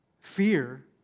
Fear